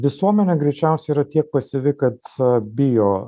visuomenė greičiausiai yra tiek pasyvi kad bijo